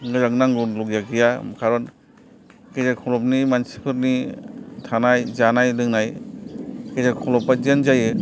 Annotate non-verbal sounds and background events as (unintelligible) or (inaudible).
गोजां नांगौनि (unintelligible) गैया कारन गेजेर खलबनि मानसिफोरनि थानाय जानाय लोंनाय गेजेर खलब बायदियानो जायो